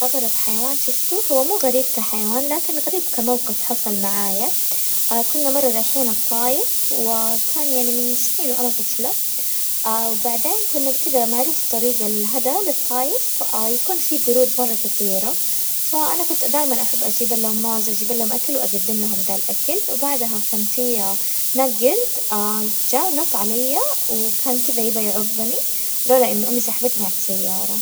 أغرب حيوان شوفته هو مو غريب كحيوان لكن غريب كموقف حصل معايا، كنا مرة رايحين الطايف وكان يعني من سنين وأنا طفلة، وبعدين كنا بكذا معروف طريق الهدا للطايف يكون فيه قرود مرة كثيرة، فأنا كنت دايماً أحب أجيبلهم موز وأجيبلهم أكل وأقدملهم ذا الأكل، وبعدها كان في هناك قرد جا نط عليا وكان كذا يبى يعظني، لولا إنه أمي سحبتني ع السيارة.